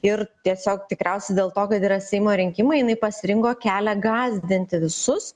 ir tiesiog tikriausiai dėl to kad yra seimo rinkimai jinai pasirinko kelią gąsdinti visus